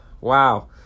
wow